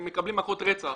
הם מקבלים מכות רצח